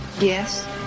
Yes